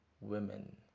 women